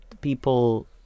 people